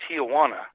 Tijuana